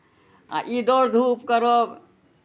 आ ई दौड़धूप करब